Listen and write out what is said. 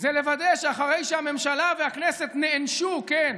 זה לוודא שאחרי שהממשלה והכנסת נענשו, כן,